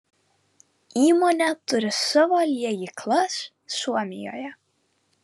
įmonė turi savo liejyklas suomijoje